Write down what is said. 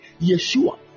yeshua